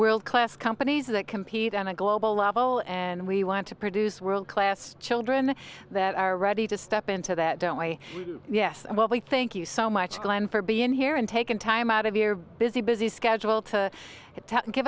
world class companies that compete on a global level and we want to produce world class children that are ready to step into that don't we yes well we thank you so much glen for being here and taken time out of your busy busy schedule to